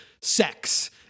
sex